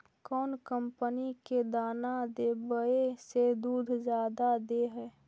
कौन कंपनी के दाना देबए से दुध जादा दे है?